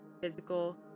physical